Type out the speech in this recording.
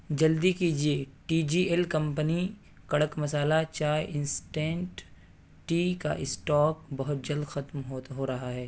جلدی کیجیے T G L company کڑک مصالحہ چائے انسٹینٹ ٹی کا اسٹاک بہت جلد ختم ہو رہا ہے